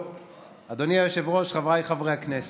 אדוני היושב-ראש, חבריי חברי הכנסת,